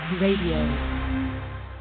Radio